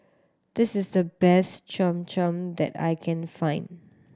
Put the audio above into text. this is the best Cham Cham that I can find